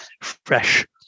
fresh